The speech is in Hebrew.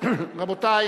רבותי,